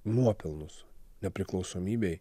nuopelnus nepriklausomybei